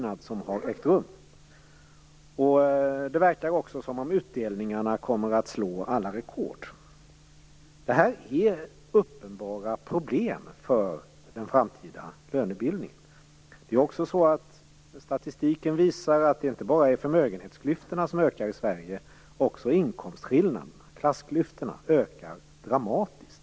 Det verkar också som att utdelningarna kommer att slå alla rekord. Detta är uppenbara problem för den framtida lönebildningen. Statistiken visar att det inte bara är förmögenhetsklyftorna som ökar i Sverige. Också inkomstskillnaderna, klassklyftorna, ökar dramatiskt.